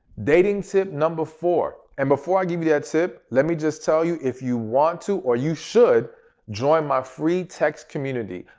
dating tip number four. and before i give you that tip let me just tell you if you want to or you should join my free text community.